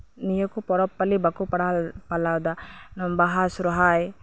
ᱱᱤᱭᱟᱹ ᱠᱚ ᱯᱚᱨᱚᱵᱽ ᱯᱟᱞᱤ ᱵᱟᱠᱚ ᱯᱟᱞᱟᱣ ᱫᱟ ᱵᱟᱦᱟ ᱥᱚᱨᱦᱟᱭ